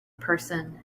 person